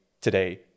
today